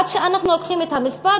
עד שאנחנו לוקחים את המספר.